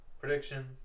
prediction